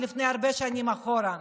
מלפני הרבה שנים אחורה,